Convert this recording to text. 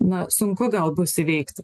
na sunku gal bus įveikti